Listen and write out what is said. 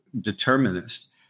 determinist